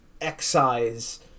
excise